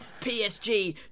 PSG